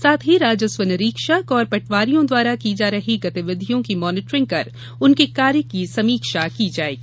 साथ ही राजस्व निरीक्षक और पटवारियों द्वारा की जा रही गतिविधियों की मॉनीटरिंग कर उनके कार्य की समीक्षा की जायेगी